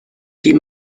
die